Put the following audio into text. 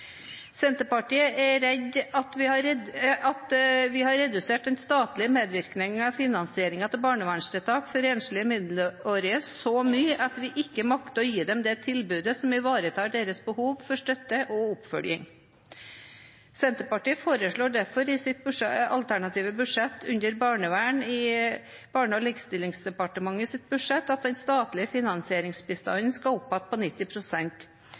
Senterpartiet er redd for at vi har redusert den statlige medvirkningen i finansieringen av barnevernstiltak for enslige mindreårige asylsøkere så mye at vi ikke makter å gi dem det tilbudet som ivaretar deres behov for støtte og oppfølging. Senterpartiet foreslår derfor i sitt alternative budsjett under barnevern på Barne-, likestillings- og inkluderingsdepartementets budsjett at den statlige finansieringsbistanden skal opp igjen på